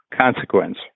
consequence